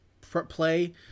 play